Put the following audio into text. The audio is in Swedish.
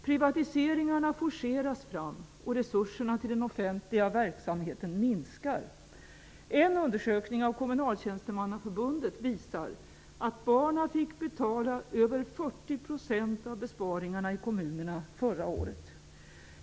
Privatiseringen forceras fram, och resurserna till den offentliga verksamheten minskar. En undersökning av ''betalade'' över 40 % av besparingarna i kommunerna 1993.